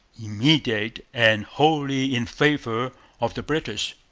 immediate, and wholly in favour of the british.